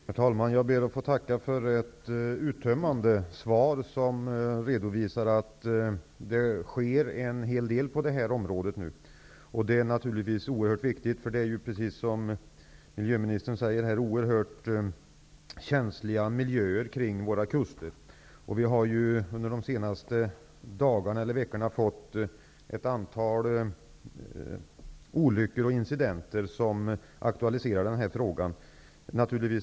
Herr talman! Jag ber att få tacka för ett uttömmande svar, där det redovisas att det sker en hel del på det här området nu. Det är naturligtvis oerhört viktigt, därför att det finns, som miljöministern säger, mycket känsliga miljöer kring våra kuster. De senaste veckorna har ett antal olyckor och incidenter aktualiserat frågan.